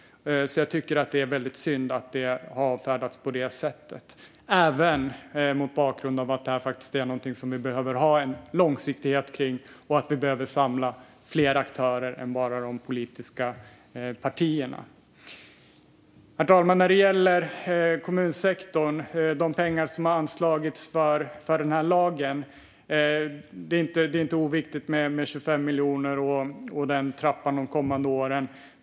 Jag tycker att det är väldigt synd att det avfärdas på det här sättet, även mot bakgrund av att det här är något som vi behöver ha långsiktighet i och samla fler aktörer kring än bara de politiska partierna. Herr talman! När det gäller kommunsektorn och de pengar som anslagits för den här lagen är det inte oviktigt med 25 miljoner och den trappan de kommande åren.